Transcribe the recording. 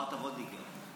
אמרת וולדיגר.